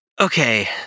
okay